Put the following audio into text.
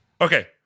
Okay